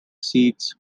seeds